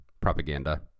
propaganda